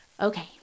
Okay